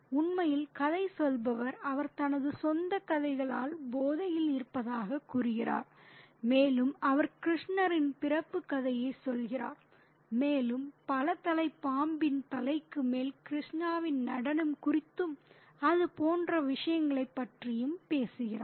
உண்மையில் கதை சொல்பவர் அவர் தனது சொந்த கதைகளால் போதையில் இருப்பதாகக் கூறுகிறார் மேலும் அவர் கிருஷ்ணரின் பிறப்புக் கதையைச் சொல்கிறார் மேலும் பல தலை பாம்பின் தலைக்கு மேல் கிருஷ்ணாவின் நடனம் குறித்தும் அது போன்ற விஷயங்களைப் பற்றியும் பேசுகிறார்